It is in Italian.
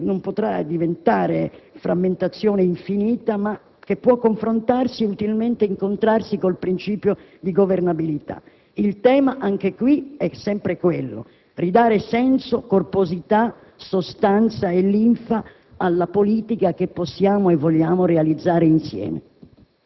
non potrà diventare frammentazione infinita, ma che potrà confrontarsi e, utilmente, incontrarsi con il principio di governabilità. Il tema, anche qui, è sempre quello: ridare senso, corposità, sostanza e linfa alla politica che possiamo e vogliamo realizzare insieme.